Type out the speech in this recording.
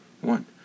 one